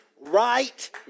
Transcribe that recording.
right